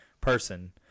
person